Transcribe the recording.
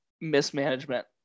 mismanagement